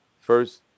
first